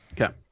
Okay